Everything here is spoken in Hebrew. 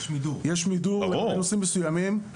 יש מידור לגבי נושאים מסוימים.